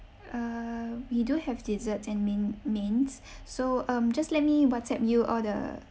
uh we do have desserts and main~ mains so um just let me WhatsApp you all the